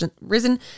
risen